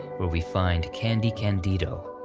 where we find candy candido.